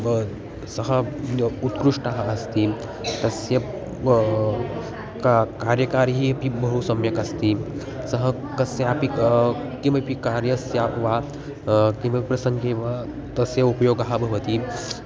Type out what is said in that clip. ब सः उत्कृष्टः अस्ति तस्य का कार्यकारी अपि बहु सम्यक् अस्ति सः कस्यापि किमपि कार्यस्य वा का किमपि प्रसङ्गे वा तस्य उपयोगः भवति